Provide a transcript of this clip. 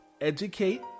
educate